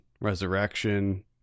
resurrection